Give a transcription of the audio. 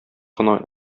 кына